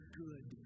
good